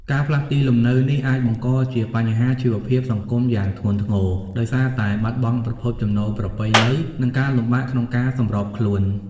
ការផ្លាស់ទីលំនៅនេះអាចបង្កជា បញ្ហាជីវភាពសង្គមយ៉ាងធ្ងន់ធ្ងរ ដោយសារតែ បាត់បង់ប្រភពចំណូលប្រពៃណី និងការលំបាកក្នុងការសម្របខ្លួន។